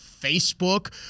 Facebook